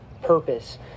purpose